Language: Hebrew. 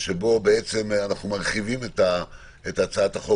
בהצעה אנחנו בעצם מרחיבים את הצעת החוק